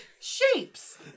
shapes